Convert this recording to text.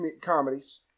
comedies